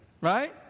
right